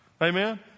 Amen